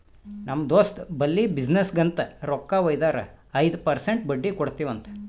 ನಮ್ ದೋಸ್ತ್ ಬಲ್ಲಿ ಬಿಸಿನ್ನೆಸ್ಗ ಅಂತ್ ರೊಕ್ಕಾ ವೈದಾರ ಐಯ್ದ ಪರ್ಸೆಂಟ್ ಬಡ್ಡಿ ಕೊಡ್ತಿವಿ ಅಂತ್